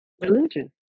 religion